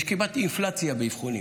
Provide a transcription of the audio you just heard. יש כמעט אינפלציה של אבחונים